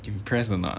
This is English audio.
impressed or not